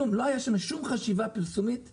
לא הייתה שם חשיבה פרסומית ,